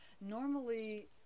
Normally